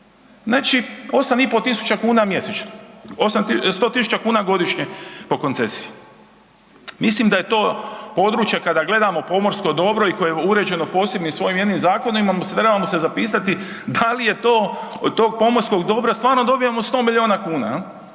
znači 8.500 kuna mjesečno, 100.000 kuna godišnje po koncesiji. Mislim da je to područja kada gledamo pomorsko dobro i koje je uređeno posebnim svojim jednim zakonima trebamo se zapitati da li je to od tog pomorskog dobra stvarno dobijamo 100 miliona kuna.